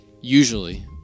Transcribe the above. usually